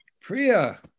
Priya